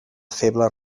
feble